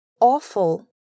Awful